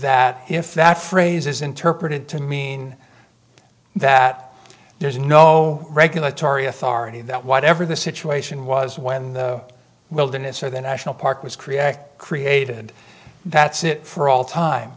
that if that phrase is interpreted to mean that there's no regulatory authority that whatever the situation was when the wilderness or the national park was created created that's it for all time t